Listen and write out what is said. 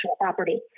property